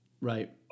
Right